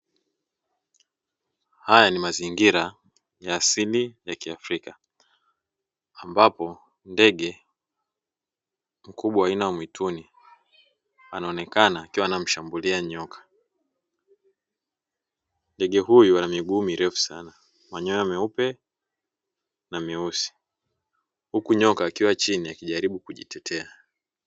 Haya ni mazingira ya asili ya kiafrika ambapo, ndege mkubwa wa aina wa mwituni wanaonekana akiwa anamshambulia nyoka. Ndege huyu ana miguuu mirefu sana, manyoya maeupe na muesi, huku nyoka akiwa chini akijaribu kujitetea.